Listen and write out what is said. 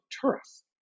tourists